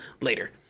later